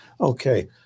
Okay